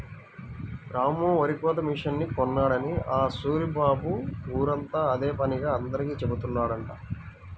రాము వరికోత మిషన్ కొన్నాడని ఆ సూరిబాబు ఊరంతా అదే పనిగా అందరికీ జెబుతున్నాడంట